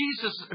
Jesus